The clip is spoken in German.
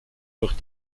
durch